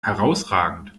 herrausragend